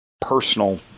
personal